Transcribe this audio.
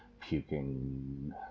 puking